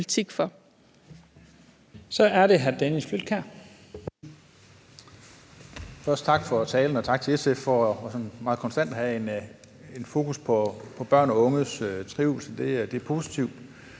Flydtkjær (DD): Først tak for talen, og tak til SF for sådan meget konstant at have et fokus på børns og unges trivsel, det er positivt.